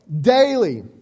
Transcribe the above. daily